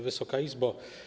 Wysoka Izbo!